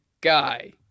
guy